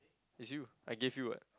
it's you I gave you [what]